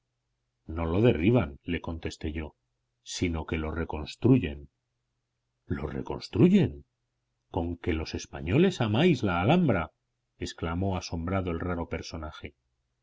no lo derriban le contesté sino que lo reconstruyen lo reconstruyen conque los españoles amáis la alhambra exclamó asombrado el raro personaje